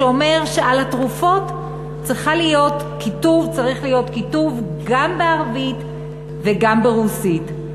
שאומר שעל התרופות צריך להיות כיתוב גם בערבית וגם ברוסית.